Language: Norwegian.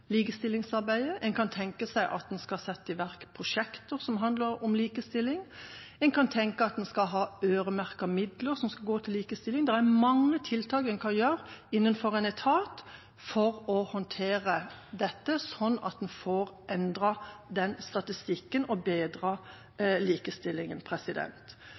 likestillingsarbeidet. En kan tenke seg at en skal sette i verk prosjekter som handler om likestilling. En kan tenke seg at en skal ha øremerkede midler som skal gå til likestilling. Det er mange tiltak en kan sette i verk innenfor en etat for å håndtere dette, sånn at en får endret denne statistikken og